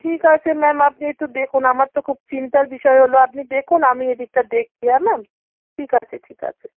ঠিক আছে ম্যাম আপনি একটু দেখুন আমার তো খুব চিন্তার বিষয় হলো আপনি দেখুন আমি এদিকটা দেখছি হ্যাঁ ম্যাম ঠিক আছে ঠিক আছে